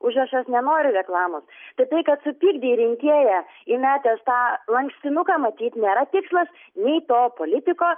užrašas nenoriu reklamos tai tai kad supykdei rinkėją įmetęs tą lankstinuką matyt nėra tikslas nei to politiko